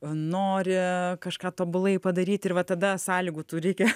nori kažką tobulai padaryt ir va tada sąlygų tų reikia